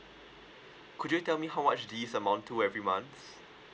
could you tell me how much this amount to every month